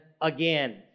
again